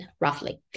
roughly